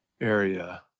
area